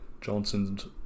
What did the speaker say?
Johnson's